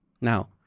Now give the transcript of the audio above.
Now